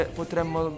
potremmo